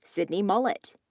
sydni mullett.